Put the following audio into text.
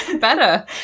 Better